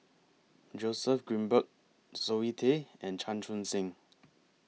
Joseph Grimberg Zoe Tay and Chan Chun Sing